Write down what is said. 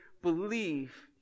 believe